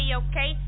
okay